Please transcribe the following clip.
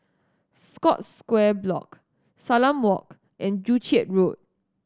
Scotts Square Block Salam Walk and Joo Chiat Road